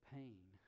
pain